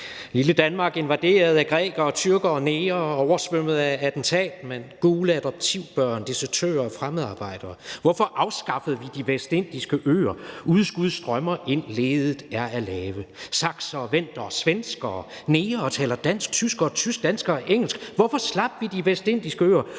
»Lille Danmark invaderet/af grækere tyrker negre/oversvømmet af attentatmænd/gule adoptivbørn desertører fremmedarbejdere/hvorfor afskaffede vi de vestindiske øer/udskud strømmer ind/leddet er af lave/saksere vendere svenskere/negre taler dansk/tyskere tysk/danskere engelsk/hvorfor slap vi de vestindiske øer/og